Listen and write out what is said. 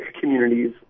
communities